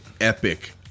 epic